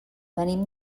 venim